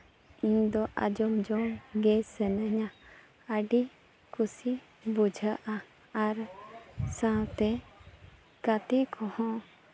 ᱤᱧ ᱫᱚ ᱟᱡᱚᱢ ᱡᱚᱝ ᱜᱮ ᱥᱟᱱᱟᱧᱟ ᱟᱹᱰᱤ ᱠᱩᱥᱤ ᱵᱩᱡᱷᱟᱹᱜᱼᱟ ᱟᱨ ᱥᱟᱶᱛᱮ ᱜᱟᱛᱮ ᱠᱚ ᱦᱚᱸ